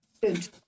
Good